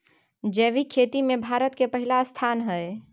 जैविक खेती में भारत के पहिला स्थान हय